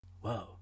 Whoa